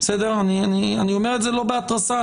אני לא אומר את זה בהתרסה,